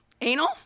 Anal